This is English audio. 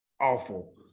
awful